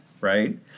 right